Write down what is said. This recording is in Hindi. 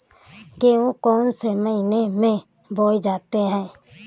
गेहूँ कौन से महीने में बोया जाता है?